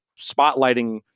spotlighting